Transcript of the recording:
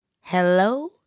hello